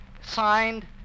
Signed